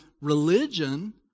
religion